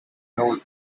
knows